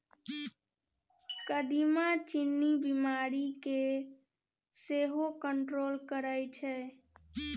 कदीमा चीन्नी बीमारी केँ सेहो कंट्रोल करय छै